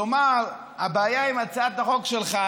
כלומר הבעיה עם הצעת החוק שלך,